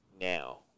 now